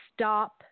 stop